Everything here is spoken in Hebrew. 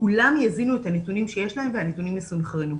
שכולם יבינו את הנתונים שיש להם והנתונים יסונכרנו,